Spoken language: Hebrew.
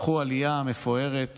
לקחו עלייה מפוארת